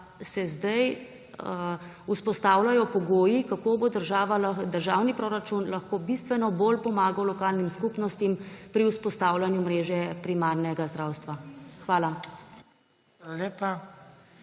se zdaj vzpostavljajo pogoji, kako bo državni proračun lahko bistveno bolj pomagal lokalnim skupnostim pri vzpostavljanju mreže primarnega zdravstva. Hvala.